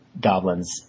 goblins